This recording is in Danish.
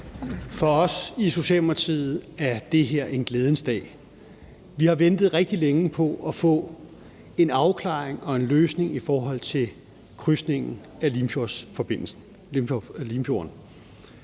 For os i Socialdemokratiet er det her en glædens dag. Vi har ventet rigtig længe på at få en afklaring og en løsning i forhold til krydsning af Limfjorden.